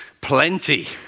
plenty